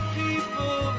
people